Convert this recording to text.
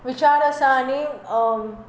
विचार आसात आनी